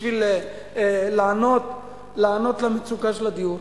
בשביל לענות למצוקה של הדיור,